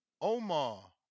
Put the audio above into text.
Omar